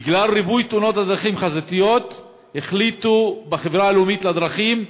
בגלל ריבוי תאונות דרכים חזיתיות החליטו בחברה הלאומית לדרכים,